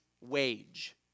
wage